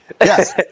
Yes